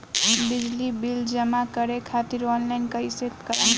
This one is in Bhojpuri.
बिजली बिल जमा करे खातिर आनलाइन कइसे करम?